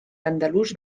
andalús